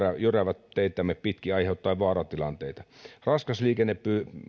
jyräävät teitämme pitkin aiheuttaen vaaratilanteita raskas liikenne